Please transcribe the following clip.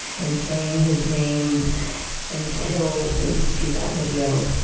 and saying his name until we see that video.